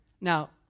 Now